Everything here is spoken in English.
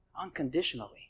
unconditionally